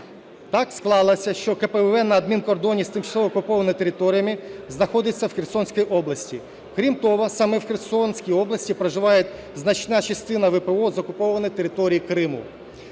Так склалося, що КПВВ на адмінкордоні з тимчасово окупованими територіями знаходиться в Херсонській області. Крім того, саме в Херсонській області проживає значна частина ВПО з окупованої території Криму.